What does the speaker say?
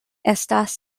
estas